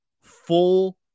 full